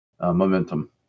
momentum